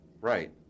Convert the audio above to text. right